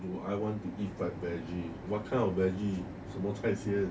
do I want to eat fried veggie what kind of veggie 什么菜先